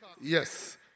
Yes